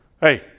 Hey